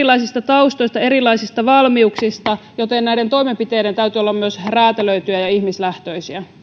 erilaisista taustoista ja erilaisista valmiuksista joten näiden toimenpiteiden täytyy olla myös räätälöityjä ja ihmislähtöisiä